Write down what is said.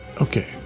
okay